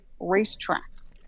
racetracks